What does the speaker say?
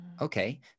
Okay